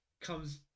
comes